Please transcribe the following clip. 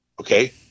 Okay